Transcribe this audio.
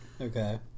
Okay